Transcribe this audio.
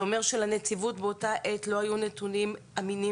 זה אומר שלנציבות באותה עת לא היו נתונים אמינים